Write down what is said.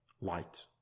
light